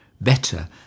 better